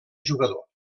jugador